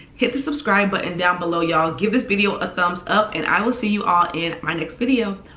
hit the subscribe button but and down below y'all, give this video a thumbs up and i will see you all in my next video.